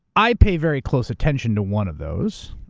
i pay very close attention to one of those